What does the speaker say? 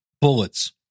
bullets